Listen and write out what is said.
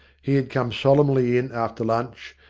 he had come solemnly in, after lunch,